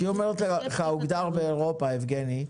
כשהיא אומרת לך שהוגדר באירופה, יבגני.